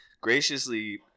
graciously